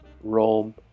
Rome